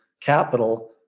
capital